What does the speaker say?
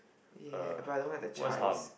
ya but I don't like the chives